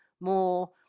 more